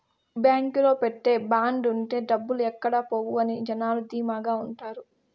బాంకులో పెట్టే బాండ్ ఉంటే డబ్బులు ఎక్కడ పోవు అని జనాలు ధీమాగా ఉంటారు